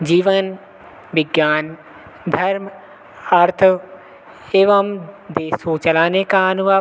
जीवन विज्ञान धर्म अर्थ एवं देश को चलाने का अनुभव